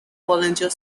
volunteer